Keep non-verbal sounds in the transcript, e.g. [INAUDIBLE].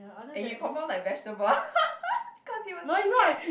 and you confirm like vegetable [LAUGHS] because you're so scared